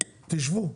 תשבו.